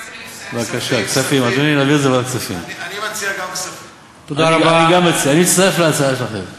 בדקתי בתקנון: לא מופיע סעיף של משא-ומתן בין סגן השר לחבר הכנסת.